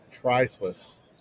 Priceless